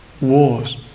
wars